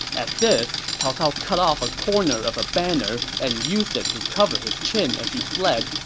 at this, cao cao cut off a corner of a banner and used it to cover his chin as he fled,